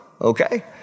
Okay